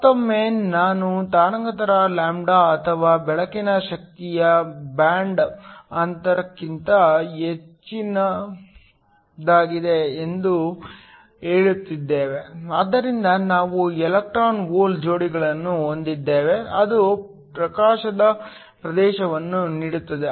ಮತ್ತೊಮ್ಮೆ ನಾವು ತರಂಗಾಂತರ λ ಅಥವಾ ಬೆಳಕಿನ ಶಕ್ತಿಯು ಬ್ಯಾಂಡ್ ಅಂತರಕ್ಕಿಂತ ಹೆಚ್ಚಾಗಿದೆ ಎಂದು ಹೇಳುತ್ತಿದ್ದೇವೆ ಆದ್ದರಿಂದ ನಾವು ಎಲೆಕ್ಟ್ರಾನ್ ಹೋಲ್ ಜೋಡಿಗಳನ್ನು ಹೊಂದಿದ್ದೇವೆ ಅದು ಪ್ರಕಾಶದ ಪ್ರದೇಶವನ್ನು ನೀಡುತ್ತದೆ